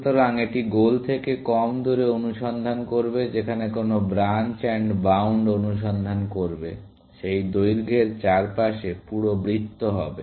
সুতরাং এটি গোল থেকে কম দূরে অনুসন্ধান করবে যেখানে কোন ব্রাঞ্চ এন্ড বাউন্ড অনুসন্ধান করবে সেই দৈর্ঘ্যের চারপাশে পুরো বৃত্ত হবে